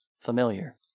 familiar